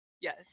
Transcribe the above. Yes